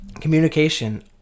communication